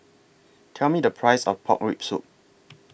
Tell Me The Price of Pork Rib Soup